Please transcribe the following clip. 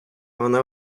вона